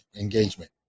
engagement